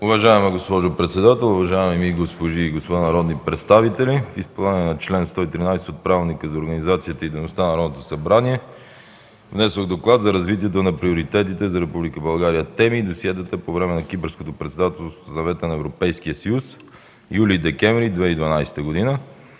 Уважаема госпожо председател, госпожи и господа народни представители! В изпълнение на чл. 113 от Правилника за организацията и дейността на Народното събрание внесох Доклад за развитието на приоритетните за Република България теми и досиетата по време на Кипърското председателство в Съвета на Европейския съюз – юли-декември 2012 г.,